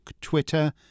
Twitter